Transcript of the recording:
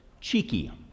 cheeky